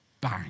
Bang